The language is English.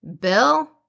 Bill